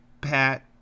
pat